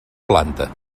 planta